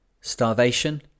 Starvation